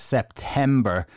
September